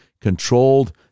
controlled